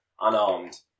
unarmed